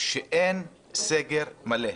שאין סגר מלא.